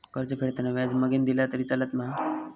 कर्ज फेडताना व्याज मगेन दिला तरी चलात मा?